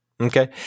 okay